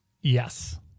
Yes